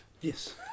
Yes